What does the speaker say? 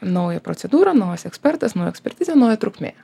nauja procedūra naujas ekspertas nauja ekspertizės trukmė